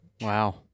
Wow